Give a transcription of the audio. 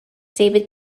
david